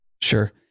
Sure